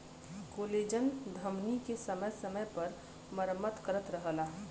collagen धमनी के समय समय पर मरम्मत करत रहला